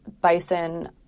bison